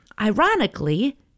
Ironically